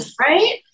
Right